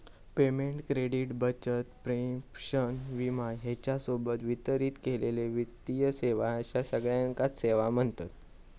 payment, credit, बचत, प्रेषण, विमा ह्येच्या सोबत वितरित केलेले वित्तीय सेवा अश्या सगळ्याकांच सेवा म्ह्णतत